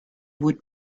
would